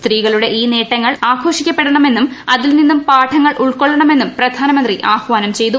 സ്ത്രീകളുടെ ഈ നേട്ടങ്ങൾ ആഘോഷിക്കപ്പെടണമെന്നും അതിൽ നിന്നും പാഠങ്ങൾ ഉൾക്കൊള്ളണമെന്നും പ്രധാനമന്ത്രി ആഹ്വാനം ചെയ്തു